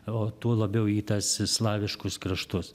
o tuo labiau į tas slaviškus kraštus